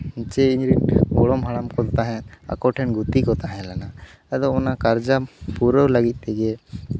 ᱡᱮ ᱤᱧ ᱜᱚᱲᱚᱢ ᱦᱟᱲᱟᱢ ᱠᱚ ᱛᱟᱦᱮᱱ ᱟᱠᱚ ᱴᱷᱮᱱ ᱜᱩᱛᱤ ᱠᱚ ᱛᱟᱦᱮᱸ ᱞᱮᱱᱟ ᱟᱫᱚ ᱚᱱᱟ ᱠᱟᱨᱡᱟ ᱯᱩᱨᱟᱹᱣ ᱞᱟᱹᱜᱤᱫ ᱛᱮᱜᱮ